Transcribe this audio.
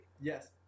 Yes